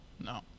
No